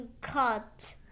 cut